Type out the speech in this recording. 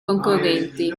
concorrenti